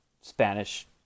Spanish